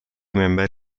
member